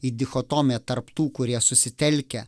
į dichotomiją tarp tų kurie susitelkę